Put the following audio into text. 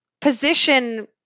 position